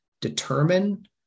determine